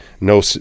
No